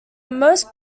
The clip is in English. most